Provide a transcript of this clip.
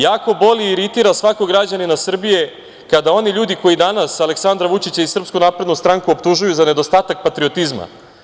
Jako boli i iritira svakog građanina Srbije kada oni ljudi koji danas Aleksandra Vučića i SNS optužuju za nedostatak patriotizma.